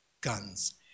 guns